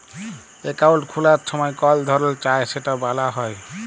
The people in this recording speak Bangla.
একাউল্ট খুলার ছময় কল ধরল চায় সেট ব্যলা যায়